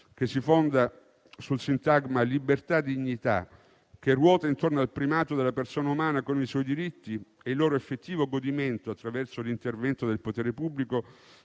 che si fonda sul sintagma libertà-dignità, che ruota intorno al primato della persona umana con i suoi diritti e il loro effettivo godimento attraverso l'intervento del potere pubblico,